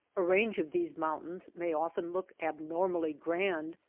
a range of these mountains may often look abnormally grand,